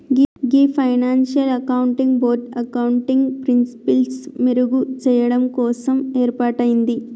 గీ financial accounting board accounting ప్రిన్సిపిల్సి మెరుగు చెయ్యడం కోసం ఏర్పాటయింది